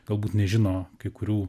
galbūt nežino kai kurių